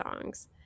songs